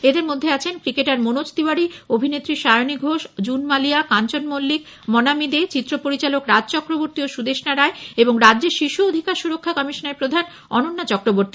এদের মধ্যে আছেন ক্রিকেটার মনোজ তিওয়ারী অভিনেত্রী সায়নী ঘোষ জুন মালিয়া কাঞ্চন মল্লিক মনামী দে চিত্রপরিচালক রাজ চক্রবর্তী ও সুদেষ্ণা রায় এবং রাজ্যের শিশু অধিকার সুরক্ষা কমিশনের প্রধান অন্যন্যা চক্রবর্তী